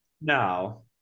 No